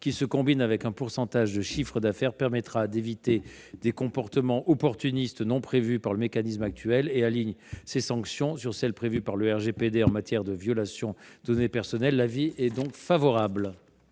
forfaitaire et un pourcentage du chiffre d'affaires permettra d'éviter des comportements opportunistes non prévus par le mécanisme actuel et d'aligner les sanctions sur celles qui sont prévues par le RGPD en matière de violation de données personnelles. La commission émet